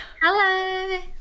Hello